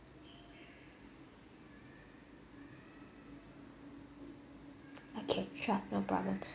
okay sure no problem